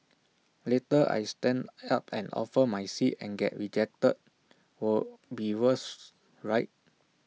later I stand up and offer my seat and get rejected will be worse right